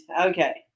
Okay